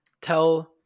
tell